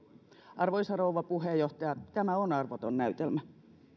arvoisa rouva puheenjohtaja tämä on arvoton näytelmä